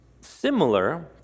similar